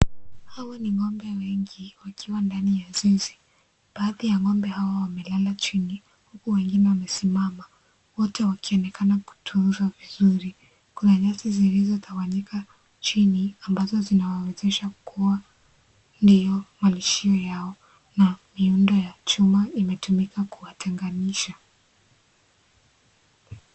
Hawa ni ngombe wengi wakiwa ndani ya zizi, baadhi ya ngombe hawa wamelala chini wengine wamesimama ,wote wakionekana kutunzwa vizuri . Kuna nyasi zilizotawanyika chini ambazo zinaawawezesha kuwa malisho yao na miundo ya chuma imetumika kuwatenganiasha.